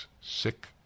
Sick